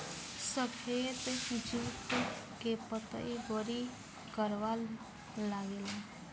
सफेद जुट के पतई बड़ी करवा लागेला